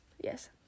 Yes